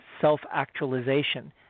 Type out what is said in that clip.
self-actualization